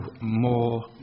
more